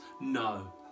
No